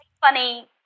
funny